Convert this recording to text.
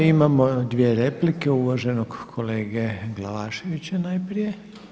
Imamo dvije replike uvaženog kolege Glavaševića najprije.